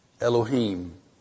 Elohim